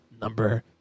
number